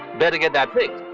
better get that fixed.